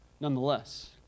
nonetheless